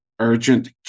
urgent